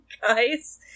guys